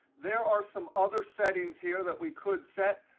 there are some other settings here that we could set.